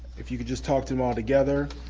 if you could just talk to them all together,